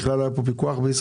בכלל לא היה פיקוח בישראל?